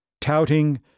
Touting